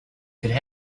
could